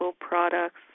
products